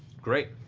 great.